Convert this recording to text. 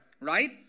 Right